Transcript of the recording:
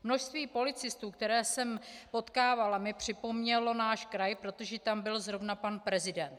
Množství policistů, které jsem potkávala, mi připomnělo náš kraj, protože tam byl zrovna pan prezident.